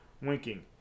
winking